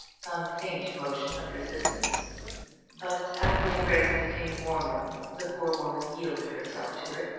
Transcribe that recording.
some faint motion of resistance but as the embrace became warmer the poor woman yielded herself to it,